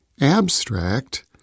abstract